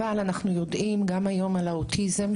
אבל אנחנו יודעים גם היום על האוטיזם,